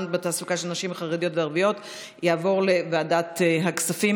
בתעסוקה של נשים חרדיות וערביות יעבור לוועדת הכספים,